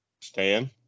Stan